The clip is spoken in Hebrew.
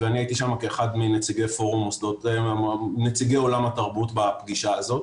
אני הייתי שם כאחד מנציגי עולם התרבות בפגישה הזאת,